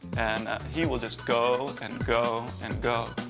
and he will just go and go and go,